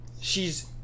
She's-